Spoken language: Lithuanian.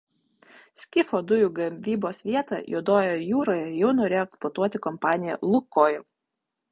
skifo dujų gavybos vietą juodojoje jūroje jau norėjo eksploatuoti kompanija lukoil